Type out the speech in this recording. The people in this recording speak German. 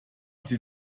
die